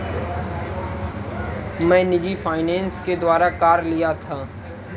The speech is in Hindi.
मैं निजी फ़ाइनेंस के द्वारा कार लिया था